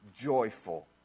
Joyful